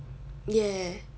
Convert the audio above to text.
yeah